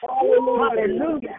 Hallelujah